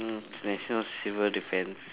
it's national civil defense